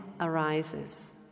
arises